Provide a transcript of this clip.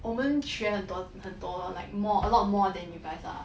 我们学很多很多 like more like a lot more than you guys ah